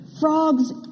Frogs